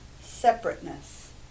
separateness